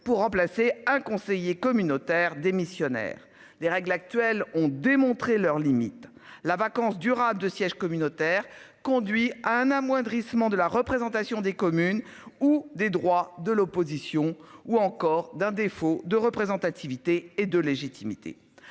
pour remplacer un conseiller communautaire démissionnaire des règles actuelles ont démontré leurs limites. La vacance durable de sièges communautaire conduit à un amoindrissement de la représentation des communes ou des droits de l'opposition ou encore d'un défaut de représentativité et de légitimité